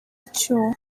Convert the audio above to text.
icyuho